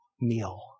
meal